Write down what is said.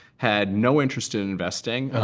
had no interest in investing.